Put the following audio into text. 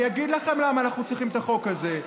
אני אגיד לכם למה אנחנו צריכים את החוק הזה,